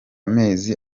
mezi